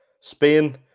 Spain